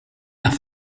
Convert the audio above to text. las